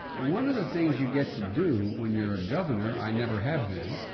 and one of the things you get to do when you're a governor, i never have been,